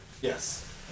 Yes